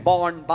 Born